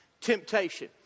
temptation